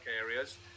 areas